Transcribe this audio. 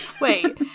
Wait